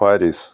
Paris